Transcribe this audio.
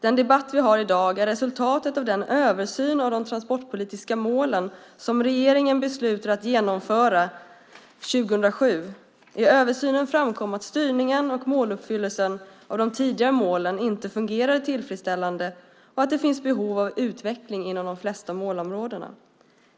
Den debatt vi har i dag är resultatet av den översyn av de transportpolitiska målen som regeringen beslutade att genomföra 2007. I översynen framkom att styrningen och måluppfyllelsen av de tidigare målen inte fungerade tillfredsställande och att det finns behov av utveckling inom de flesta målområdena.